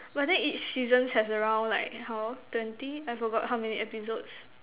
but then each seasons has around like how twenty I forgot how many episodes